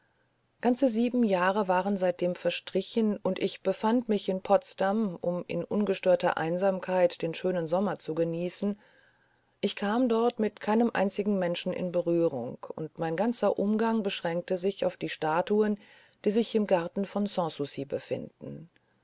ganze sieben jahre waren seitdem verstrichen und ich befand mich in potsdam um in ungestörter einsamkeit den schönen sommer zu genießen ich kam dort mit keinem einzigen menschen in berührung und mein ganzer umgang beschränkte sich auf die statuen die sich im garten von sanssouci befinden